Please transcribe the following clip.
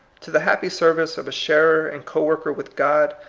to the happy service of a sharer and co-worker with god,